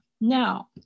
Now